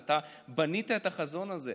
הרי אתה בנית את החזון הזה,